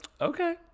okay